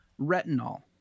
retinol